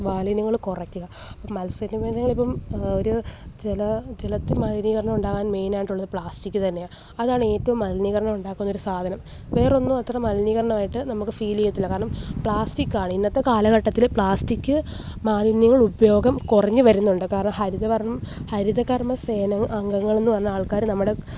മാലിന്യങ്ങള് കുറയ്ക്കുക മത്സ്യബന്ധനങ്ങള് ഇപ്പം ഒരു ചില ജലത്തില് മലിനീകരണം ഉണ്ടാകാന് മെയിനായിട്ടുള്ളത് പ്ലാസ്റ്റിക് തന്നെയാണ് അതാണ് ഏറ്റവും മലിനീകരണം ഉണ്ടാക്കുന്ന ഒരു സാധനം വേറൊന്നും അത്ര മലിനീകരണം ആയിട്ട് നമുക്ക് ഫീൽ ചെയ്യത്തില്ല കാരണം പ്ലാസ്റ്റിക്കാണ് ഇന്നത്തെ കാലഘട്ടത്തിൽ പ്ലാസ്റ്റിക് മാലിന്യ ഉപയോഗം കുറഞ്ഞു വരുന്നുണ്ട് കാരണം ഹരിത കര്മ് ഹരിത കര്മ്മ സേന അംഗങ്ങളെന്നു പറഞ്ഞാൽ ആള്ക്കാർ നമ്മുടെ